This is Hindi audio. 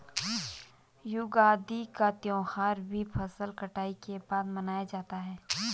युगादि का त्यौहार भी फसल कटाई के बाद मनाया जाता है